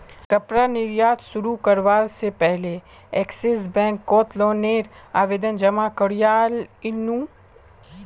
कपड़ा निर्यात शुरू करवा से पहले एक्सिस बैंक कोत लोन नेर आवेदन जमा कोरयांईल नू